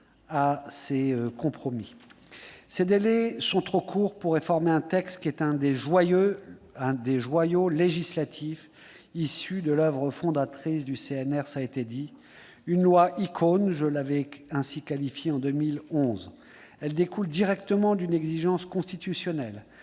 un compromis. Ces délais sont trop courts pour réformer un texte qui est l'un des joyaux législatifs issus de l'oeuvre fondatrice du CNR, une loi « icône », comme je l'avais déjà qualifiée en 2011. Elle découle directement d'une exigence constitutionnelle,